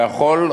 והחול,